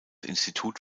institut